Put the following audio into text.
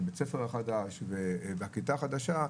בית הספר החדש והכיתה החדשה,